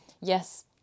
yes